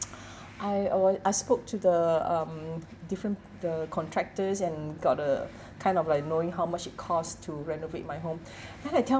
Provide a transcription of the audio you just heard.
I uh I spoke to the um different the contractors and got a kind of like knowing how much it costs to renovate my home then I tell